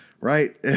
right